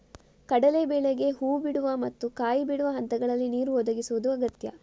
ಕಡಲೇ ಬೇಳೆಗೆ ಹೂ ಬಿಡುವ ಮತ್ತು ಕಾಯಿ ಬಿಡುವ ಹಂತಗಳಲ್ಲಿ ನೀರು ಒದಗಿಸುದು ಅಗತ್ಯ